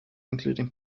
including